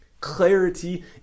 Clarity